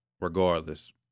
regardless